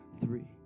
three